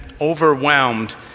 overwhelmed